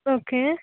okay